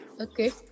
Okay